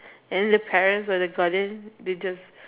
and then the parents or the Guardian they just